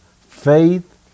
faith